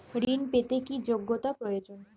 ঋণ পেতে কি যোগ্যতা প্রয়োজন?